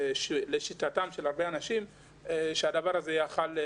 יודע שלשיטתם של הרבה אנשים הדבר הזה יכול היה